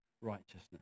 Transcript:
righteousness